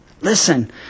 Listen